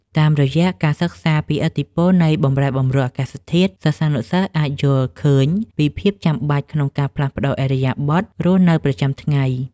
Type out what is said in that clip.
តាមរយៈការសិក្សាពីឥទ្ធិពលនៃបម្រែបម្រួលអាកាសធាតុ សិស្សានុសិស្សអាចយល់ឃើញពីភាពចាំបាច់ក្នុងការផ្លាស់ប្តូរឥរិយាបថរស់នៅប្រចាំថ្ងៃ។